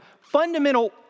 fundamental